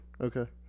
Okay